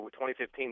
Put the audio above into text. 2015